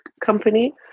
company